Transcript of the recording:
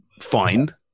find